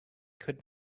could